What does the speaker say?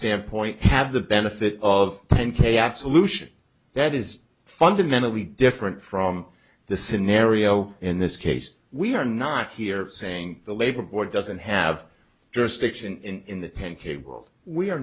standpoint have the benefit of ten k absolution that is fundamentally different from the scenario in this case we are not here saying the labor board doesn't have jurisdiction in the ten k well we are